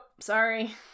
Sorry